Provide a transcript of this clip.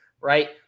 right